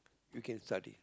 you can study